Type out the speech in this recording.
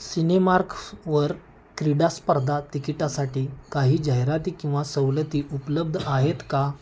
सिनेमार्क्फवर क्रीडास्पर्धा तिकिटासाठी काही जाहिराती किंवा सवलती उपलब्ध आहेत का